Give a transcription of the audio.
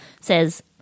says